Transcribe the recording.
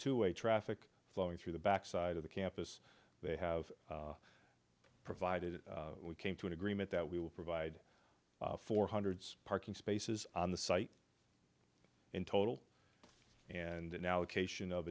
to a traffic flowing through the back side of the campus they have provided we came to an agreement that we will provide for hundreds parking spaces on the site in total and an allocation of